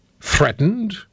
threatened